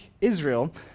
Israel